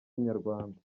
nyarwanda